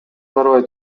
карабай